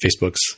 Facebook's